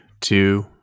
two